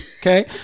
okay